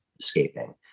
escaping